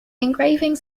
engravings